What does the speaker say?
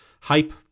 hype